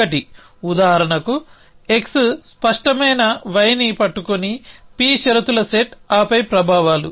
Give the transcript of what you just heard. ఒకటి ఉదాహరణకు x స్పష్టమైన y ని పట్టుకొని p షరతుల సెట్ ఆపై ప్రభావాలు